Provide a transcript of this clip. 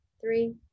Three